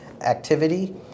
activity